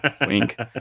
wink